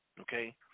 Okay